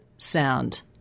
sound